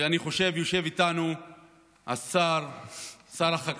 ואני חושב, יושב איתנו שר החקלאות,